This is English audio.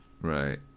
Right